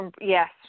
Yes